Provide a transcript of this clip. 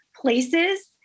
places